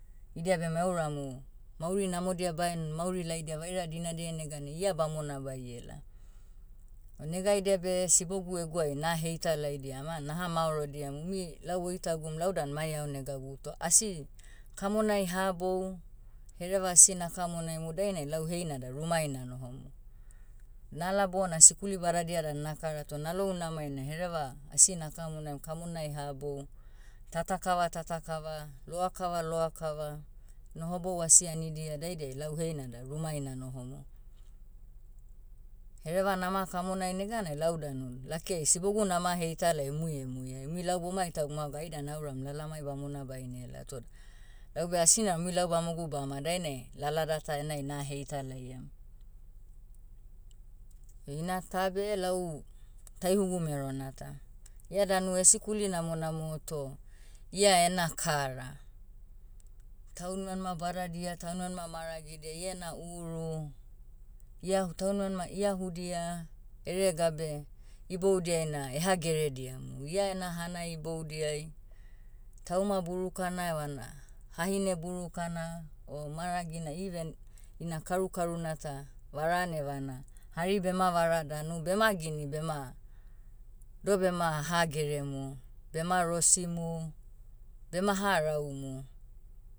Idia bema euramu, mauri namodia bae n- mauri laidia vaira dinadiai neganai ia bamona baiela. O negaidia beh sibogu eguai naheitalaidiam an. Naha maorodiam umi, lau oitagum lau dan mai aonegagu toh asi, kamonai habou, hereva asina kamonaimu dainai lau heina da rumai nanohomu. Nala bona sikuli badadia dan nakara toh nalou nama ina hereva, asina kamonaim kamonai habou, tata kava tata kava, loa kava loa kava, nohobou asi anidia daidiai lau heina da rumai nanohomu. Hereva nama kamonai neganai lau danun lakiai sibogu nama heitalai umui emuiai umui lau boma itag boma gau aidan auram lalamai bamona bainela tohd, laube asi naram umui lau bamogu baoma dainai, lalada ta enai naheitalaiam. ina ta beh lau, taihugu merona ta. Ia danu esikuli namonamo toh, ia ena kara. Taunmanima badadia taunmanima maragidia iena uru, iahu- taunmanima iahudia, eregabe, iboudiai na eha gerediamu. Ia ena hanai iboudiai, tauma burukana evana, hahine buruka, o maragina even, ina karukaruna ta, varan evana hari bema vara danu bema gini bema, doh bema hageremu. Bema rosimu, bema haraumu.